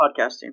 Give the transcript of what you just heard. podcasting